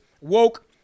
woke